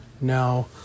Now